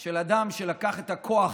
של אדם שלקח את הכוח